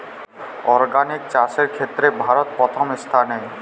organic চাষের ক্ষেত্রে ভারত প্রথম স্থানে